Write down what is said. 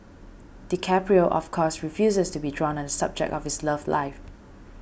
DiCaprio of course refuses to be drawn subject of his love life